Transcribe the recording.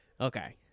Okay